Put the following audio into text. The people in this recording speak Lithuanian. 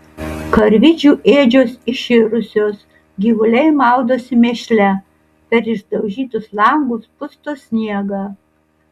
karvidžių ėdžios iširusios gyvuliai maudosi mėšle per išdaužytus langus pusto sniegą